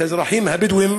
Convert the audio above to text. את האזרחים הבדואים,